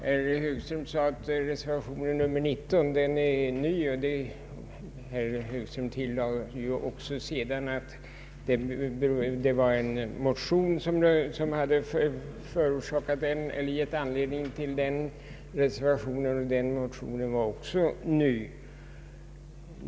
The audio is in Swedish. Herr Högström sade att reservationen 19 är ny, och han tillade sedan att en motion hade föranlett den reservationen. Också motionen är ny.